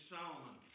Solomon